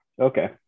okay